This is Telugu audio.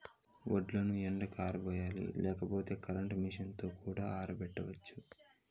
వడ్లను ఎండకి ఆరబోయాలి లేకపోతే కరెంట్ మెషీన్ తో కూడా ఆరబెట్టచ్చు